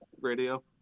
radio